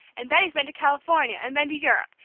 and betty's been to california, and been to europe,